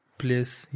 place